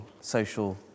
social